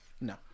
No